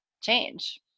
change